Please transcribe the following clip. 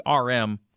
RM